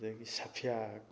ꯑꯗꯨꯗꯒꯤ ꯁꯐꯤꯌꯥꯛ